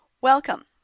Welcome